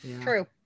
True